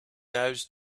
those